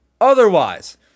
Otherwise